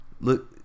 look